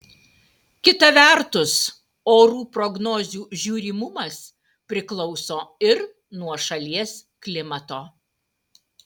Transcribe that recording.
kita vertus orų prognozių žiūrimumas priklauso ir nuo šalies klimato